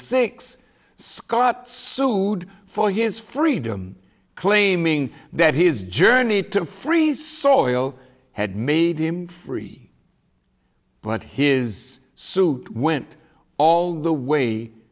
six scott sued for his freedom claiming that his journey to free saw oil had made him free but his suit went all the way